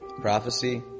prophecy